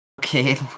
okay